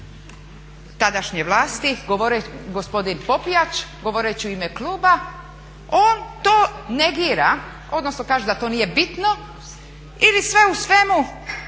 tadašnje vlasti, govorio je gospodin Popijač govoreći u ime kluba, on to negira odnosn kaže da to nije bitno ili sve u svemu